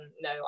no